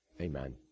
Amen